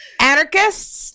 anarchists